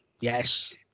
Yes